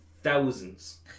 Thousands